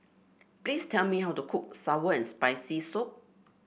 please tell me how to cook sour and Spicy Soup